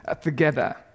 together